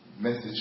message